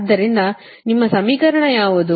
ಆದ್ದರಿಂದ ನಿಮ್ಮ ಸಮೀಕರಣ ಯಾವುದು